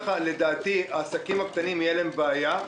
לדעתי, לעסקים הקטנים תהיה בעיה.